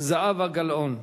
זהבה גלאון.